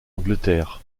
angleterre